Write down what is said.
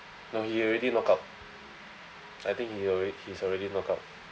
no he already knock out I think he alrea~ he's already knock out